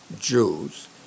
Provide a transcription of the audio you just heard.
Jews